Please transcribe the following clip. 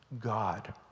God